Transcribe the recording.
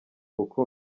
kuko